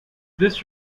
this